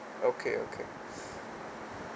okay okay